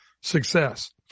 success